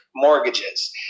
mortgages